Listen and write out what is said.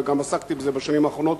וגם עסקתי בזה בשנים האחרונות,